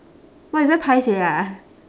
!wah! you very paiseh ah